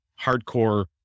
hardcore